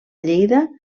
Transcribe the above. lleida